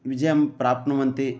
विजयं प्राप्नुवन्ति